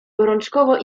gorączkowo